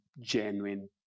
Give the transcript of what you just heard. genuine